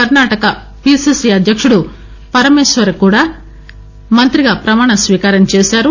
Karnataka PCC అధ్యక్షుడు పరమేశ్వర కూడా మంత్రిగా ప్రమాణ స్వీకారం చేశారు